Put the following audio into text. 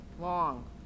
long